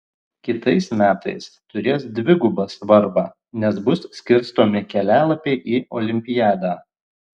kitais metais turės dvigubą svarbą nes bus skirstomi kelialapiai į olimpiadą